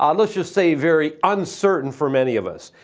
um let's just say, very uncertain for many of us.